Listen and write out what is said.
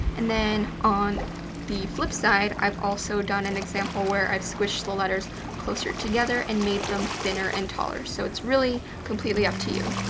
and then on the flip side, i've also done an example where i've squished the letters closer together and made them thinner and taller. so it's really completely up to you.